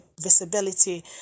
visibility